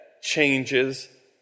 changes